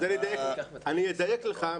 אני אדייק לך.